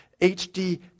HD